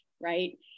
right